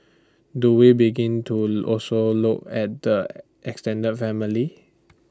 do we begin to also look at the extended family